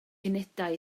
unedau